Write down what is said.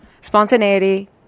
Spontaneity